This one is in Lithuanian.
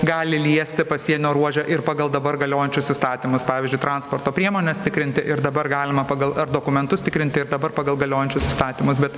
gali liesti pasienio ruože ir pagal dabar galiojančius įstatymus pavyzdžiui transporto priemones tikrinti ir dabar galima pagal dokumentus tikrinti ir dabar pagal galiojančius įstatymus bet